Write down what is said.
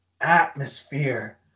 atmosphere